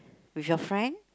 with your friend